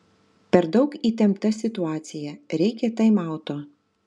per daug įtempta situacija reikia taimauto